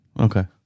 Okay